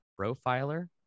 profiler